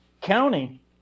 County